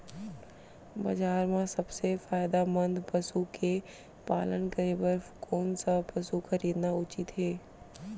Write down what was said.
बजार म सबसे फायदामंद पसु के पालन करे बर कोन स पसु खरीदना उचित हे?